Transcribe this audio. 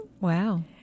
Wow